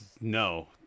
No